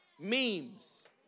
Memes